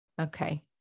okay